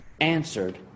answered